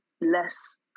less